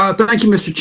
ah thank you, mr.